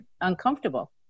uncomfortable